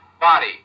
body